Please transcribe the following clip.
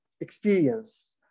experience